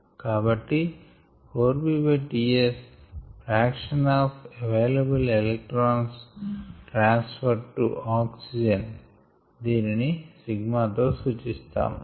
కాబట్టి 4b Γs fraction of available electrons transferred to oxygen దీనిని ε తో సూచిస్తాము